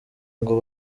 ngo